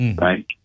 right